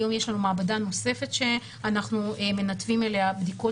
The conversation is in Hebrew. היום יש לנו מעבדה נוספת שאנחנו מנתבים אליה בדיקות